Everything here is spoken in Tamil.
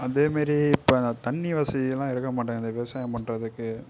அதேமாதிரி இப்போ தண்ணி வசதிலாம் இருக்கமாட்டேங்குது விவசாயம் பண்றதுக்கு